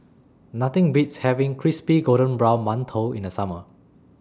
Nothing Beats having Crispy Golden Brown mantou in The Summer